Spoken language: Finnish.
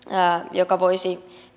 joka voisi